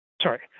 sorry